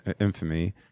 infamy